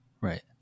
Right